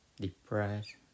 depressed